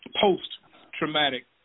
post-traumatic